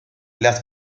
las